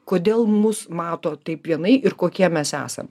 kodėl mus mato taip vienai ir kokie mes esam